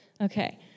Okay